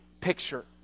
picture